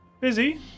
busy